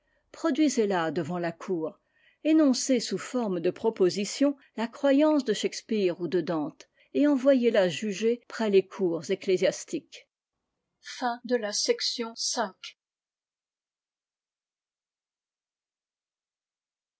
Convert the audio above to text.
trouve-t-elle produisez la devant la cour enoncez sous forme de propositions la croyance de shakespeare ou de dante et envoyez la juger près les cours ecclésiastiques